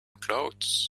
clothes